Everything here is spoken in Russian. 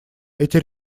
эти